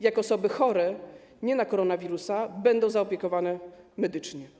Jak osoby chore, nie na koronawirusa, będą zaopiekowane medycznie?